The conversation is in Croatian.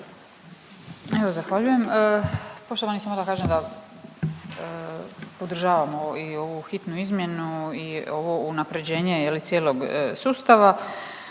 Evo, zahvaljujem. Poštovani, samo da kažem da podržavamo i ovu hitnu izmjenu i ovo unaprjeđenje, je li, cijelog sustava